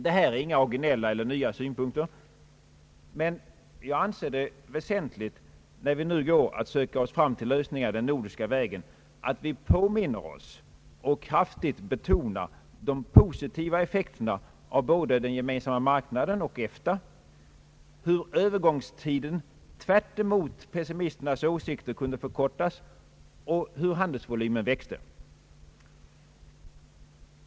Det här är inte några originella eller nya synpunkter, men jag anser det väsentligt, när vi nu går att söka oss fram till lösningar den nordiska vägen, att vi påminner oss och kraftigt betonar de positiva effekterna av både Gemensamma marknaden och EFTA, hur övergångstiden tvärtemot pessimisternas åsikter kunde förkortas och hur handelsvolymen växte.